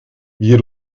wir